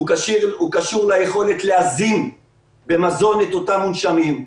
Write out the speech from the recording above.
הוא קשור ליכולת להזין במזון את אותם מונשמים.